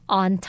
on